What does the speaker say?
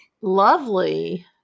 Lovely